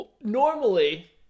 Normally